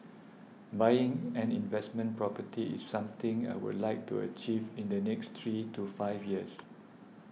buying an investment property is something I would like to achieve in the next three to five years